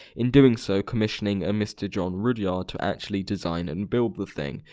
in doing so commissioning a mr. john rudyard to actually design and build the thing,